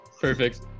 perfect